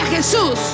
Jesus